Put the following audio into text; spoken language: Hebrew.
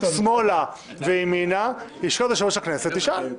לך שמאלה וימינה ללשכת יושב-ראש הכנסת ושם תשאל.